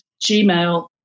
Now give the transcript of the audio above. Gmail